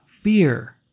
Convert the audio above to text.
Fear